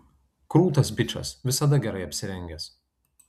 krūtas bičas visada gerai apsirengęs